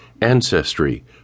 Ancestry